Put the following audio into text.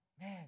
Man